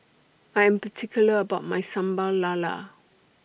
I Am particular about My Sambal Lala